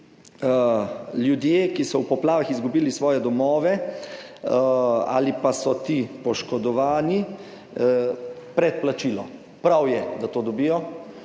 ljudje, ki so v poplavah izgubili svoje domove ali pa so ti poškodovani, predplačilo. Prav je, da to dobijo.